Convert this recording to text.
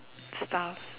stuff